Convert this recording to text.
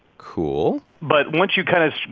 cool but once you kind of,